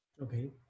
Okay